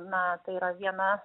na tai yra viena